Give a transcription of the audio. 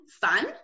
fun